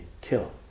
kill